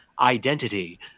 identity